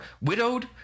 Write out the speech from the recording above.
Widowed